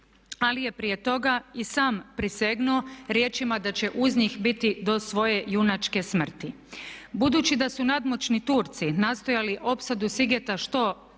ali je prije toga i sam prisegnuo riječima da će uz njih biti do svoje junačke smrti. Budući da su nadmoćni Turci nastojali opsadu Sigeta što